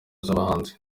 z’abahanzi